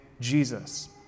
Jesus